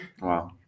Wow